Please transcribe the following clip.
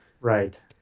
Right